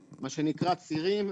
מה שנקרא צירים,